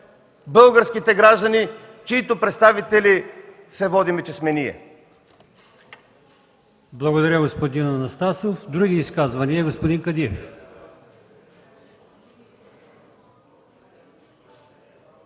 българските граждани, чиито представители се водим, че сме ние.